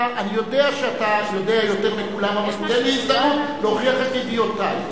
אני יודע שאתה יותר מכולם אבל תן לי הזדמנות להוכיח את ידיעותי.